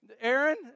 Aaron